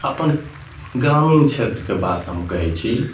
अपन ग्रामीण छेत्रके बात हम कहैत छी